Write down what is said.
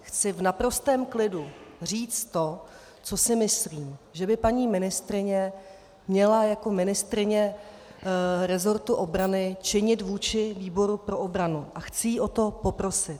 Chci v naprostém klidu říct to, co si myslím, že by paní ministryně měla jako ministryně resortu obrany činit vůči výboru pro obranu, a chci ji o to poprosit.